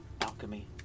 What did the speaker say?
alchemy